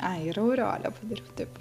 a ir aureolę padariau taip